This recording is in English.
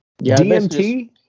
dmt